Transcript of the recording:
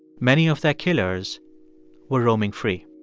many of their killers were roaming free.